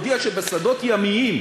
הודיע שבשדות ימיים,